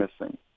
missing